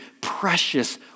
precious